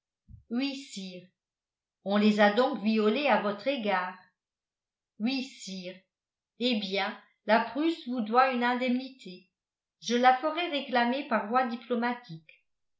on les a donc violés à votre égard oui sire hé bien la prusse vous doit une indemnité je la ferai réclamer par voie diplomatique